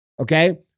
Okay